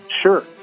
Sure